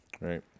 Right